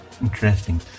Interesting